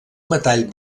metall